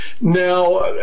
Now